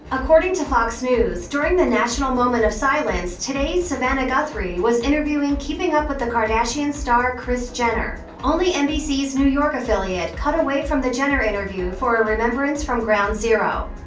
according to fox news, during the national moment of silence, today's savannah guthrie was interviewing keeping up with the kardashians star kris jenner. only nbc's new york affiliate cut away from the jenner interview for a remembrance from ground zero.